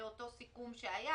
לאותו סיכום שהיה,